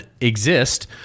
exist